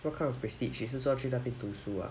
what kind of prestige 你是说去那边读书 ah